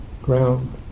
Ground